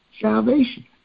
salvation